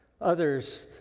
Others